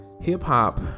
hip-hop